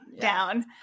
down